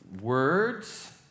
words